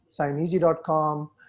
signeasy.com